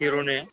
हिर'निया